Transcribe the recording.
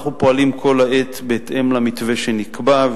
אנחנו פועלים כל העת בהתאם למתווה שנקבע.